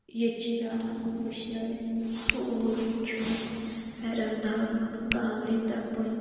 ییٚتہِ چھِ پٮ۪وان وُشنٲیِتھ سورُے کھیوٚن پھٮ۪رَن لاگُن کانٛگرِ تَپٕنۍ